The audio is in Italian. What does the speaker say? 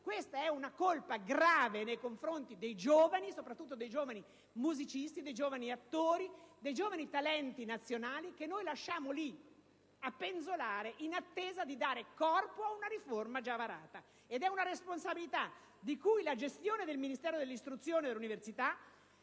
Questa è una colpa grave nei confronti dei giovani, soprattutto dei giovani musicisti, attori e talenti nazionali che lasciamo penzolare in attesa di dare corpo ad una riforma già varata. È una responsabilità che pesa sulla gestione del Ministero dell'istruzione e dell'università,